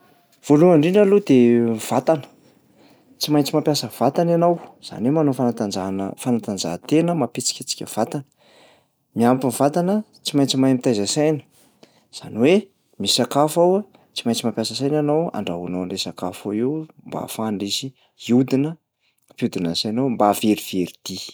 Voalahany indrindra aloha de ny vatana, tsy maintsy mampiasa vatana ianao, zany hoe manao fanatanjahana- fanatanjahantena mampihetsiketsika vatana. Miampy ny vatana tsy maintsy mahay mitaiza saina; zany hoe misy sakafo ao a, tsy maintsy mampiasa saina ianao andrahoanao an'lay sakafo ao io mba ahafahan'lay izy hihodina- mampihodina ny sainao mba hahaverivery dia.